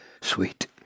sweet